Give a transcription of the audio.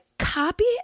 Copy